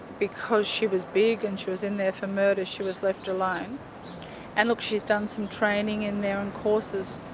because she was big and she was in there for murder, she was left alone. and look, she's done some training in there and courses.